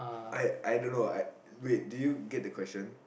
I I don't know I wait did you get the question